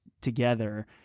together